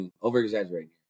over-exaggerating